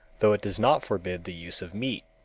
though it does not forbid the use of meat.